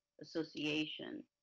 association